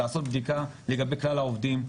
לעשות בדיקה לגבי כלל העובדים,